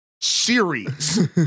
Series